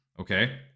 Okay